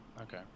okay